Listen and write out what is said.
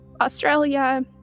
Australia